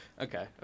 okay